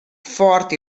fort